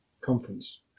conference